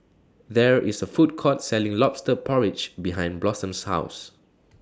There IS A Food Court Selling Lobster Porridge behind Blossom's House